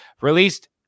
released